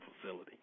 facility